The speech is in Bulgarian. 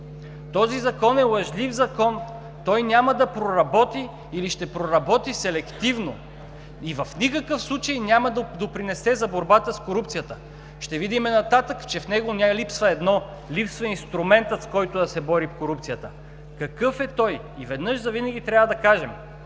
Този Закон е лъжлив закон! Той няма да проработи или ще проработи селективно, и в никакъв случай няма да допринесе за борбата с корупцията. Ще видим нататък, че в него ни липсва едно – липсва ни инструментът, с който да се бори корупцията. Какъв е той? И веднъж завинаги трябва да кажем: